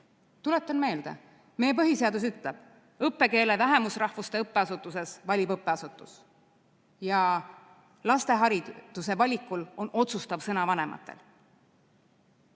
Tuletan meelde, et meie põhiseadus ütleb: õppekeele vähemusrahvuste õppeasutuses valib õppeasutus ja laste hariduse valikul on otsustav sõna vanematel.